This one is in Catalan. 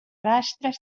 rastres